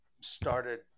started